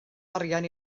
arian